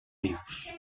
vius